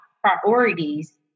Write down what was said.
priorities